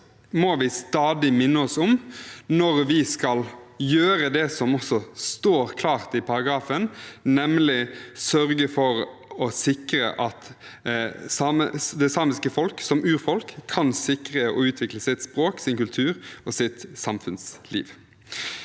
må vi stadig minne oss selv om når vi skal gjøre det som også står klart i paragrafen, nemlig sørge for å sikre at det samiske folk som urfolk kan sikre og utvikle sitt språk, sin kultur og sitt samfunnsliv.